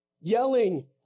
Yelling